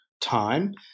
time